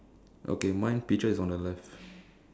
okay mine peaches is on the left